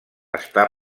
està